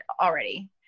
already